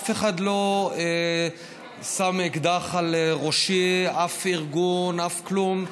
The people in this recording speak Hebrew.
אף אחד לא שם אקדח על ראשי, אף ארגון, אף כלום.